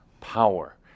power